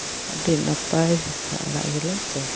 ᱟᱹᱰᱤ ᱱᱟᱯᱟᱭ ᱦᱮᱸᱥᱟᱜ ᱟᱲᱟᱜ ᱜᱮᱞᱮ ᱡᱚᱢᱟ